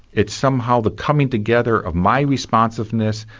it's somehow the coming together of my responsiveness,